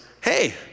hey